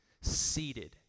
seated